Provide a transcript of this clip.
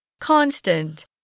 Constant